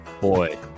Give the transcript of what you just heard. boy